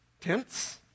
tents